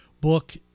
Book